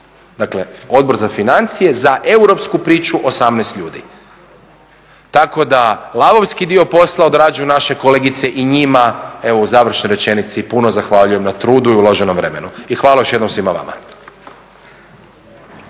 Dakle, Odbor za financije za europsku priču 18 ljudi. Tako da, lavovski dio posla odrađuju naše kolegice i njima u završnoj rečenici puno zahvaljujem na trudu i uloženom vremenu. I hvala još jednom svima vama.